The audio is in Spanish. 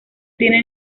tiene